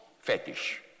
fetish